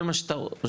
אז כל מה שאתה עושה,